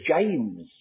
James